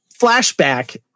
flashback